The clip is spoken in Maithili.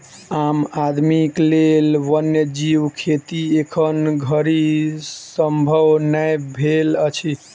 आम आदमीक लेल वन्य जीव खेती एखन धरि संभव नै भेल अछि